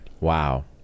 wow